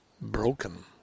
broken